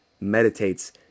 meditates